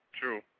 true